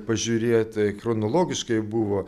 pažiūrėt chronologiškai buvo